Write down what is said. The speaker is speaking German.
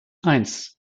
eins